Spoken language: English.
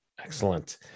Excellent